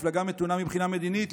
מפלגה מתונה מבחינה מדינית,